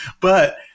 but-